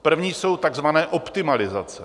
První jsou takzvané optimalizace.